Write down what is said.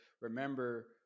remember